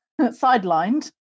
sidelined